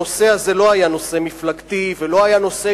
הנושא הזה לא היה נושא מפלגתי ולא היה נושא